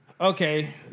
Okay